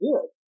good